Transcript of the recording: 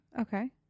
Okay